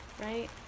right